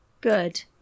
Good